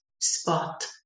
spot